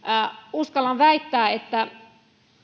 uskallan väittää että